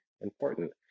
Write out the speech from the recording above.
important